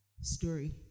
story